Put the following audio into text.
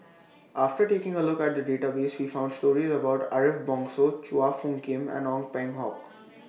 after taking A Look At The Database We found stories about Ariff Bongso Chua Phung Kim and Ong Peng Hock